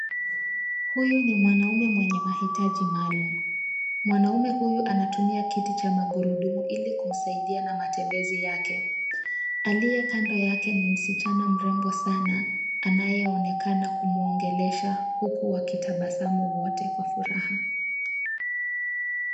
Huyu ni mwanaume mwenye mahitaji maalum, mwanaume huyu anatumia kiti cha magurudumu ili kumsaidia na matembezi yake. Aliyekando yake ni msichana mrembo sana anayeonekana kumwongelesha huku wakitabasamu wote kwa furaha.